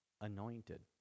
anointed